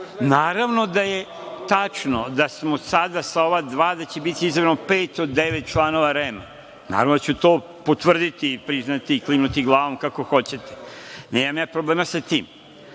naravno da je tačno da smo sada sa ova dva, da će biti izabrano 5 od 9 članova REM, naravno da ću to potvrditi, klimati glavom i kako hoćete. Nemam ja problema sa tim.